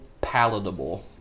palatable